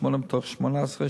שמונה מתוך 18,